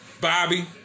Bobby